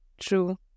True